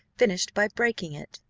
finished by breaking it,